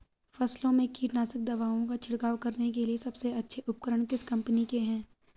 फसलों में कीटनाशक दवाओं का छिड़काव करने के लिए सबसे अच्छे उपकरण किस कंपनी के हैं?